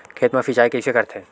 खेत मा सिंचाई कइसे करथे?